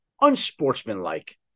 unsportsmanlike